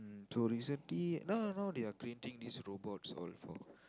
mm so recently now now they are creating these robots all for